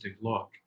look